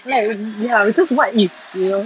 like ya because what if you know